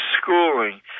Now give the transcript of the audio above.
schooling